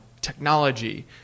technology